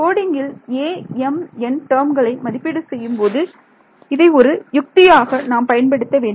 கோடிங்கில் Amn டேர்ம்களை மதிப்பீடு செய்யும்போது இதை ஒரு யுக்தியாக நாம் பயன்படுத்த வேண்டும்